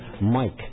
Mike